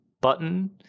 button